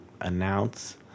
announce